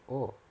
oh